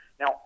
Now